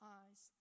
eyes